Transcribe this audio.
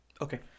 Okay